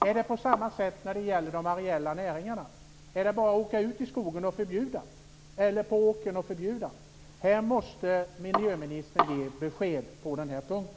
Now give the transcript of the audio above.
Är det på samma sätt när det gäller de areella näringarna? Är det bara att åka ut i skogen eller på åkern och förbjuda? Miljöministern måste ge besked på den här punkten.